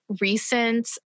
recent